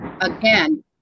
again